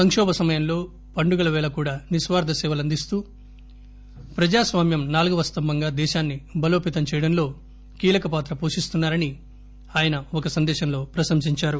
సంకోభ సమయంలో పండుగల వేళ కూడా నిస్పార్ల సేవలు అందిస్తూ ప్రజాస్వామ్యం నాలుగవ స్తంభంగా దేశాన్పి బలోపతం చేయడంలో కీలక పాత్ర పోషిస్తున్నారని ఆయన ఒక సందేశం లో ప్రశంసించారు